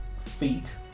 Feet